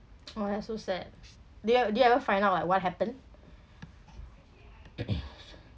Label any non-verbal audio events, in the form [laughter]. oh that's so sad do you do you ever find out like what happen [noise]